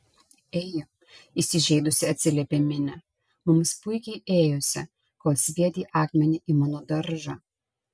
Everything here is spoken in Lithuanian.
ei įsižeidusi atsiliepė minė mums puikiai ėjosi kol sviedei akmenį į mano daržą